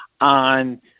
on